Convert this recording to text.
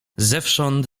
zewsząd